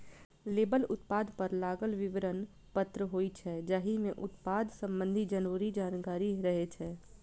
label उत्पाद पर लागल विवरण पत्र होइ छै, जाहि मे उत्पाद संबंधी जरूरी जानकारी रहै छै